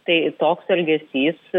tai toks elgesys